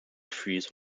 freeze